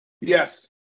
Yes